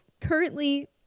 currently